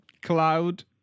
Cloud